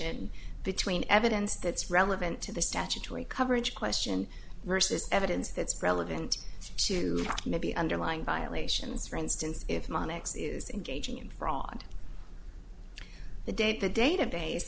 bifurcation between evidence that's relevant to the statutory coverage question versus evidence that's relevant to maybe underlying violations for instance if monica is engaging in fraud the date the database